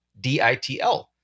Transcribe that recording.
DITL